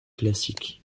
classiques